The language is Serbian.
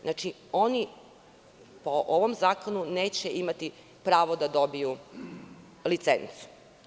Znači, oni, po ovom zakonu, neće imati pravo da dobiju licencu.